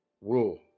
rule